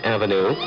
Avenue